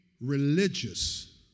religious